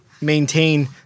maintain